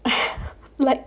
like